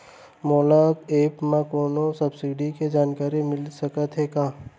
कोनो एप मा मोला सब्सिडी के जानकारी मिलिस सकत हे का?